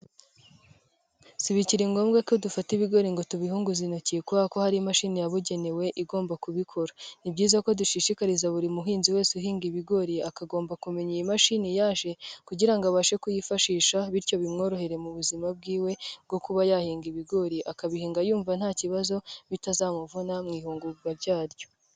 Si bikiri ngombwa ko dufata ibigori ngo tubihunguze intoki kubera ko hari imashini yabugenewe igomba kubikora, ni byiza ko dushishikariza buri muhinzi wese uhinga ibigori akagomba kumenya iyi mashini yaje kugira abashe kuyifashisha bityo bimworohere mu buzima bw'iwe bwo kuba yahinga ibigori, akabihinga yumva nta kibazo bitazamuvuna mu ihungurwa ryaryo.